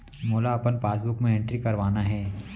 मोला अपन पासबुक म एंट्री करवाना हे?